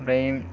ओमफ्राय